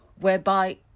whereby